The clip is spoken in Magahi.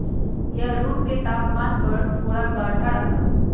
यह रूम के तापमान पर थोड़ा गाढ़ा रहा हई